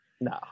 No